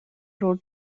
road